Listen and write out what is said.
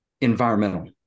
environmental